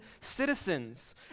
citizens